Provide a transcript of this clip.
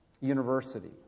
university